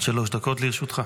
עד שלוש דקות לרשותך.